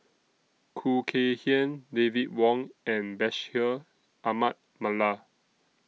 Khoo Kay Hian David Wong and Bashir Ahmad Mallal